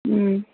ꯎꯝ